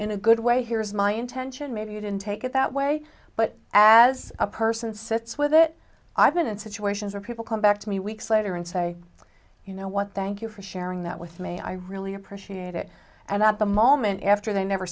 in a good way here is my intention maybe you didn't take it that way but as a person sits with it i've been in situations where people come back to me weeks later and say you know what they think you for sharing that with me i really appreciate it and at the moment after they never